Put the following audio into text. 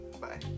Bye